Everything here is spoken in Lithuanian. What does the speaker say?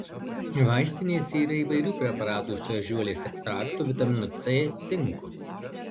vaistinėse yra įvairių preparatų su ežiuolės ekstraktu vitaminu c cinku